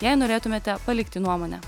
jei norėtumėte palikti nuomonę